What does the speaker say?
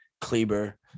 Kleber